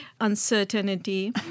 uncertainty